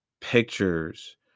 pictures